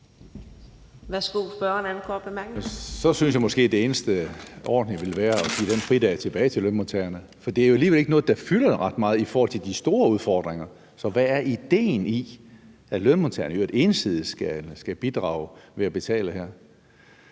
Så synes jeg måske, det eneste ordentlige ville være at give den fridag tilbage til lønmodtagerne. Det er alligevel ikke noget, der fylder ret meget i forhold til de store udfordringer, så hvad er idéen i, at lønmodtagerne, i øvrigt ensidigt, skal bidrage ved at betale her?